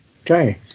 Okay